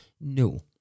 no